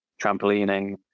trampolining